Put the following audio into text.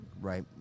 right